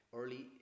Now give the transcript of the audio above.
early